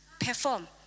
perform